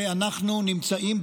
ואנחנו נמצאים,